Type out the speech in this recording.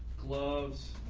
gloves,